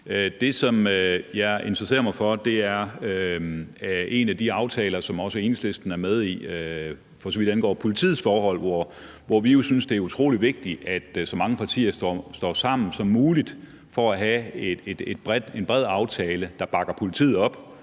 Det, som jeg interesserer mig for, er en af de aftaler, som også Enhedslisten er med i, for så vidt angår politiets forhold, hvor vi jo synes det er utrolig vigtigt, at så mange partier som muligt står sammen for at få en bred aftale, der bakker politiet op